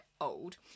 old